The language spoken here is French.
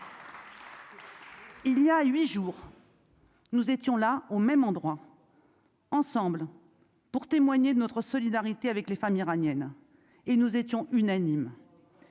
Il y a 8 jours. Nous étions là au même endroit. Ensemble, pour témoigner de notre solidarité avec les femmes iraniennes et nous étions unanimes.